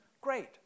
Great